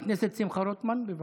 חבר הכנסת שמחה רוטמן, בבקשה,